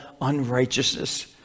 unrighteousness